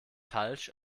falsch